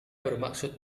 bermaksud